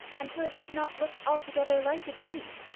until it did not look altogether like a dream,